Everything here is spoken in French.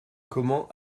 comment